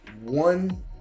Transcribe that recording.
One